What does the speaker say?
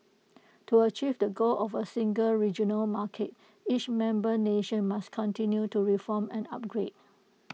to achieve the goal of A single regional market each member nation must continue to reform and upgrade